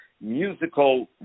musical